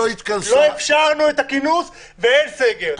לא אפשרנו את הכינוס ואין סגר...